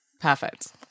Perfect